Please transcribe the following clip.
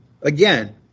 again